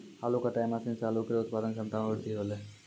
आलू कटाई मसीन सें आलू केरो उत्पादन क्षमता में बृद्धि हौलै